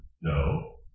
No